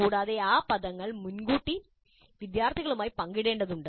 കൂടാതെ ആ പദങ്ങൾ മുൻകൂട്ടി വിദ്യാർത്ഥികളുമായി പങ്കിടണ്ടതുണ്ട്